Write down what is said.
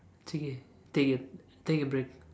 it's okay take take a break